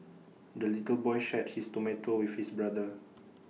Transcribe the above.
the little boy shared his tomato with his brother